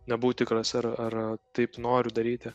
nebuvau tikras ar ar taip noriu daryti